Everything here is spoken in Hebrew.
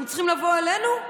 אתם צריכים לבוא אלינו?